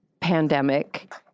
pandemic